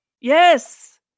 Yes